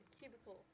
cubicle